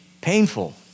painful